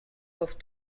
گفت